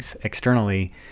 externally